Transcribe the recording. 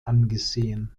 angesehen